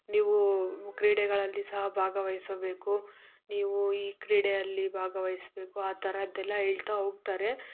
ನೀವು ಕ್ರೀಡೆಗಳಲ್ಲಿ ಸಹ ಭಾಗವಹಿಸಬೇಕು ನೀವು ಈ ಕ್ರೀಡೆಯಲ್ಲಿ ಭಾಗವಹಿಸ್ಬೇಕು ಆ ಥರದ್ದೆಲ್ಲ ಹೇಳ್ತಾ ಹೋಗ್ತಾರೆ